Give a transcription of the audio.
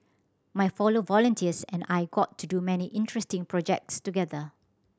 my fellow volunteers and I got to do many interesting projects together